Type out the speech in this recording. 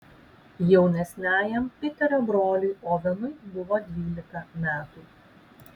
jaunesniajam piterio broliui ovenui buvo dvylika metų